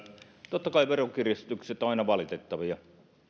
totta kai veronkiristykset ovat aina valitettavia